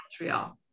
Montreal